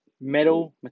Metal